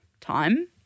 time